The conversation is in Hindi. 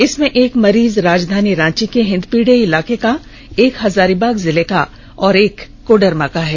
इसमें एक मरीज राजधानी रांची के हिंदपीढ़ी इलाके का एक हजारीबाग जिले का एक और एक कोडरमा का है